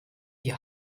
die